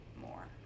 more